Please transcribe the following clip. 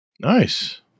Nice